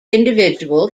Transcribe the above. individual